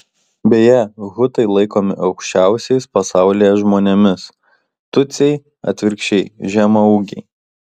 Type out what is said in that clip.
beje hutai laikomi aukščiausiais pasaulyje žmonėmis tutsiai atvirkščiai žemaūgiai